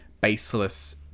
baseless